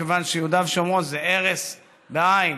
מכיוון שיהודה ושומרון זה ערש העם